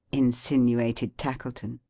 insinuated tackleton.